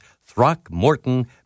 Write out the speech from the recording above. Throckmorton